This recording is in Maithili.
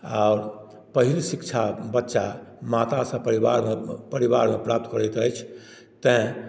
आओर पहिल शिक्षा बच्चा मातासँ परिवारमे प्राप्त करैत अछि तैँ